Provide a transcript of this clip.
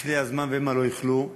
"יכלה הזמן והמה לא יכלו".